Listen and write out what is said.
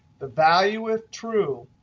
the value if true.